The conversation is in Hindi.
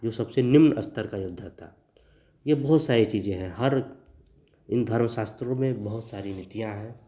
जो सबसे निम्न स्तर का योद्धा था यह बहुत सारी चीज़ें हैं इन धर्म शास्त्रों में बहुत सारी नीतियाँ हैं